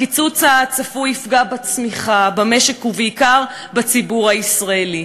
הקיצוץ הצפוי יפגע בצמיחה במשק ובעיקר בציבור הישראלי,